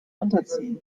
unterziehen